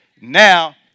Now